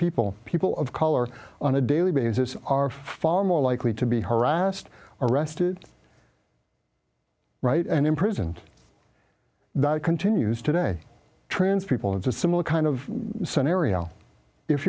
people people of color on a daily basis are far more likely to be harassed arrested and imprisoned continues today trans people it's a similar kind of scenario if